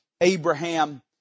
Abraham